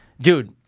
Dude